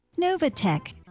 NovaTech